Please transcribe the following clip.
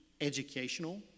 educational